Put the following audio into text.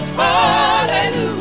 hallelujah